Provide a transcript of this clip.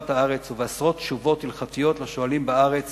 הארץ" ובעשרות תשובות הלכתיות לשואלים בארץ